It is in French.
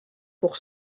pour